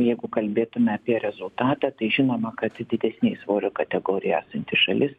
jeigu kalbėtume apie rezultatą tai žinoma kad didesnėj svorio kategorijoj esanti šalis